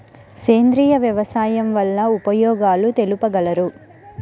సేంద్రియ వ్యవసాయం వల్ల ఉపయోగాలు తెలుపగలరు?